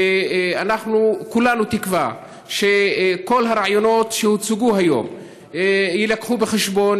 ואנחנו כולנו תקווה שכל הרעיונות שהוצגו היום יילקחו בחשבון.